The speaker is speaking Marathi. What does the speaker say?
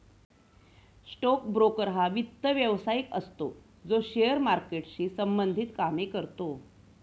स्टोक ब्रोकर हा वित्त व्यवसायिक असतो जो शेअर मार्केटशी संबंधित कामे करतो